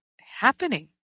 happening